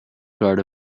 guard